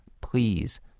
Please